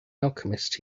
alchemist